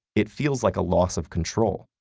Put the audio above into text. it feels like a loss of control,